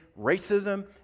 racism